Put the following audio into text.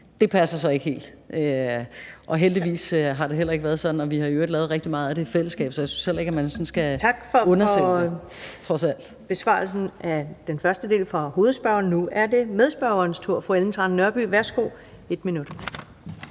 det passer så ikke helt. Og heldigvis har det heller ikke være sådan, og vi har i øvrigt lavet rigtig meget af det i fællesskab, så jeg synes heller ikke, at man sådan skal undersælge det trods alt. Kl. 16:46 Første næstformand (Karen Ellemann): Tak for besvarelsen af den første del fra hovedspørgeren. Nu er det medspørgerens tur. Fru Ellen Trane Nørby, værsgo, 1 minut.